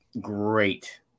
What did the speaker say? great